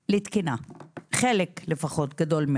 אל תדאג לתהליך,